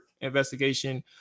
investigation